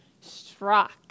struck